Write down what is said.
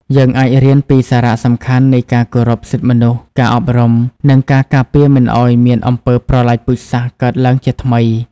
យើងអាចរៀនពីសារៈសំខាន់នៃការគោរពសិទ្ធិមនុស្ស ការអប់រំ និងការការពារមិនឲ្យមានអំពើប្រល័យពូជសាសន៍កើតឡើងជាថ្មី។